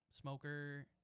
Smoker